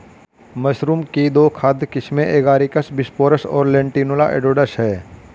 mushroom की दो खाद्य किस्में एगारिकस बिस्पोरस और लेंटिनुला एडोडस है